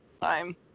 time